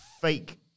fake